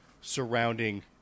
surrounding